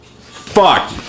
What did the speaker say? fuck